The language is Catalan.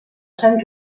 sant